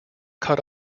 cut